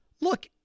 Look